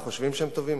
הם חושבים שהם טובים,